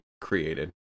created